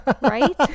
right